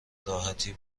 راحتی